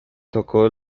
tocó